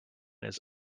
his